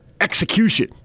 execution